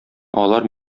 алар